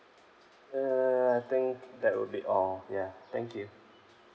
uh I think that will be all ya thank you